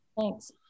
Thanks